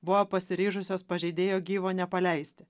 buvo pasiryžusios pažeidėjo gyvo nepaleisti